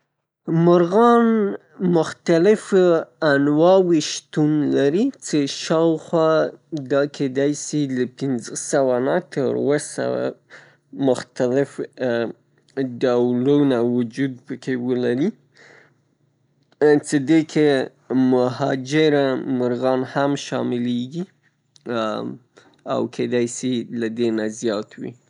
مرغان مختلف انواوې شتون لري څې شاوخوا دا کیدای سي له پنځه سوه نه تر اووه سوه مختلف ډولونه وجود پکې ولري، څې دې کې مهاجره مرغان هم شاملیږي او کیدای سي لدېنه زیات وي.